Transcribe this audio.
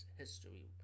history